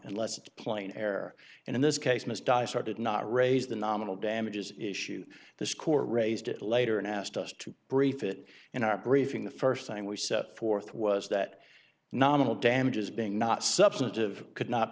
unless it's plain air and in this case miss di started not raise the nominal damages issue the score raised it later and asked us to brief it in our briefing the first thing we set forth was that nominal damages being not substantive could not